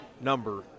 number